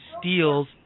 steals